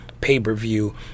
pay-per-view